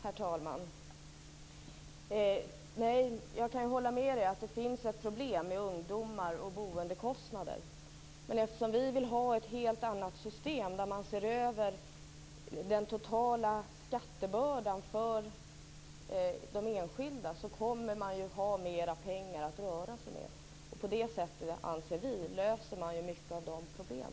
Fru talman! Jag kan hålla med om att det finns ett problem med ungdomar och boendekostnader. Men vi vill ha ett helt annat system, där man ser över den totala skattebördan för de enskilda. Då kommer man att ha mer pengar att röra sig med. På det sättet anser vi att man löser många av dessa problem.